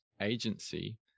agency